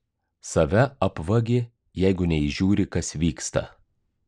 save apvagi jeigu neįžiūri kas vyksta